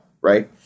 right